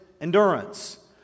endurance